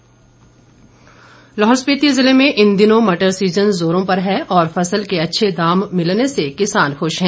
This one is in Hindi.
लाहौल मटर लाहौल स्पीति जिले में इन दिनों मटर सीजन जोरो पर है और फसल के अच्छे दाम मिलने से किसान खूश है